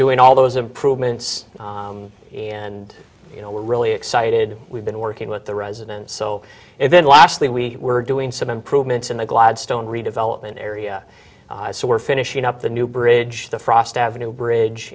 doing all those improvements and you know we're really excited we've been working with the residents so and then lastly we were doing some improvements in the gladstone redevelopment area so we're finishing up the new bridge the frost avenue bridge